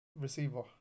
receiver